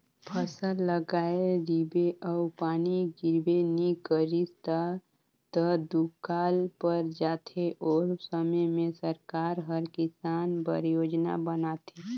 फसल लगाए रिबे अउ पानी गिरबे नी करिस ता त दुकाल पर जाथे ओ समे में सरकार हर किसान बर योजना बनाथे